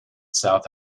south